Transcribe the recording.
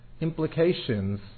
implications